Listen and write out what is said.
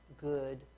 good